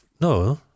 no